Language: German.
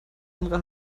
andere